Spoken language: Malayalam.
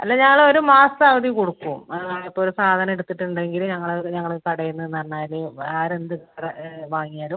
അല്ല ഞങ്ങളൊര് മാസത്തെ അവധി കൊടുക്കും അത് ഇപ്പം ഒരു സാധനം എടുത്തിട്ടുണ്ടെങ്കിൽ ഞങ്ങള് ഞങ്ങളുടെ കടയിൽ നിന്ന് വന്നാല് ആരെന്ത് വാങ്ങിയാലും